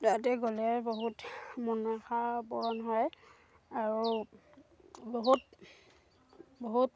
তাতে গ'লে বহুত মনসা পূৰণ হয় আৰু বহুত বহুত